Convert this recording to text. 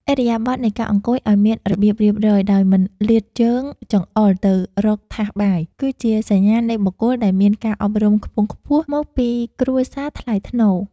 ឥរិយាបថនៃការអង្គុយឱ្យមានរបៀបរៀបរយដោយមិនលាតជើងចង្អុលទៅរកថាសបាយគឺជាសញ្ញាណនៃបុគ្គលដែលមានការអប់រំខ្ពង់ខ្ពស់មកពីគ្រួសារថ្លៃថ្នូរ។